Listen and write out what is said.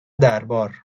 دربار